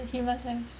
he must have